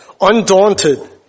undaunted